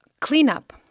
cleanup